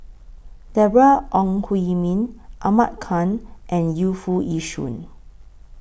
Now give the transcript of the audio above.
Deborah Ong Hui Min Ahmad Khan and Yu Foo Yee Shoon